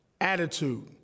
attitude